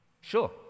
Sure